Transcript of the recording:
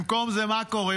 במקום זה, מה קורה?